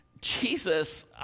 Jesus